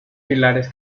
pilares